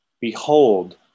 Behold